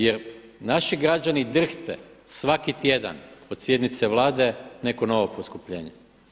Jer naši građani drhte svaki tjedan od sjednice Vlade neko novo poskupljenje.